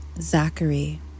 Zachary